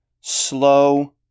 slow